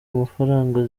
amafaranga